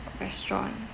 restaurant